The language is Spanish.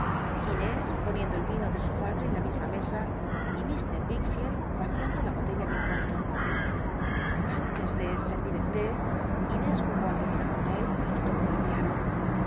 inés poniendo el vino de su pa h'e en in misma mesa y lfr wicklleld yaciando la botella bien pronto antes de servir el té jnés jugó al dominó con él y tocó el piano